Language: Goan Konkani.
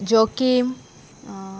जॉकीम